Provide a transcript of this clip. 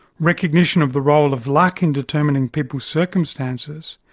recognition of the role of luck in determining people's circumstances,